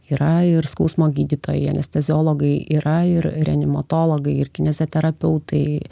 yra ir skausmo gydytojai anesteziologai yra ir reanimatologai ir kineziterapeutai